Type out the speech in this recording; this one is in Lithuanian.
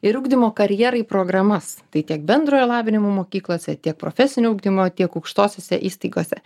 ir ugdymo karjerai programas tai tiek bendrojo lavinimo mokyklose tiek profesinio ugdymo tiek aukštosiose įstaigose